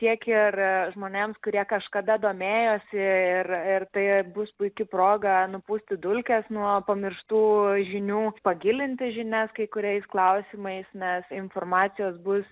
tiek ir žmonėms kurie kažkada domėjosi ir ir tai bus puiki proga nupūsti dulkes nuo pamirštų žinių pagilinti žinias kai kuriais klausimais nes informacijos bus